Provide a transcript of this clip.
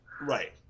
right